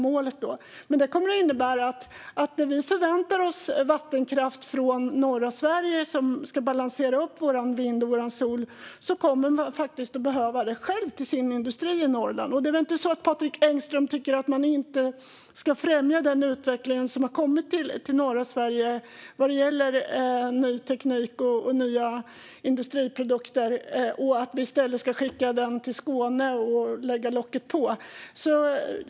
Men det innebär att vi förväntar oss att vattenkraft från norra Sverige ska balansera vind och solkraft, men då kommer industrin i Norrland att behöva den energin själv. Det är väl inte så att Patrik Engström tycker att man inte ska främja den utvecklingen i norra Sverige vad gäller ny teknik och nya industriprodukter och i stället skicka den till Skåne och lägga locket på?